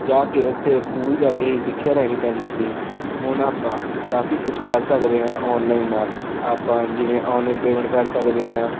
ਜਾ ਕੇ ਉੱਥੇ ਸਕੂਲ ਜਾ ਕੇ ਹੀ ਸਿੱਖਿਆ ਲੈਣੀ ਪੈਂਦੀ ਸੀ ਹੁਣ ਆਪਾਂ ਕਾਫ਼ੀ ਕੁਛ ਕਰ ਸਕਦੇ ਹਾਂ ਆਨਲਾਈਨ ਨਾਲ ਆਪਾਂ ਜਿਵੇਂ ਆਨਲਾਈਨ ਪੇਮੈਂਟ ਕਰ ਸਕਦੇ ਹਾਂ